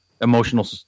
emotional